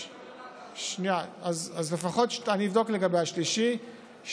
אני אבדוק לגבי השלישי,